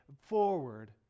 forward